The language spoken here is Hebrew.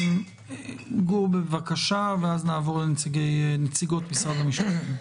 גור, בבקשה, ואז נעבור לנציגות משרד המשפטים.